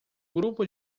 grupo